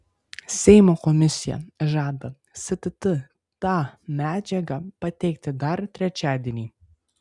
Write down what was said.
seimo komisija žada stt tą medžiagą pateikti dar trečiadienį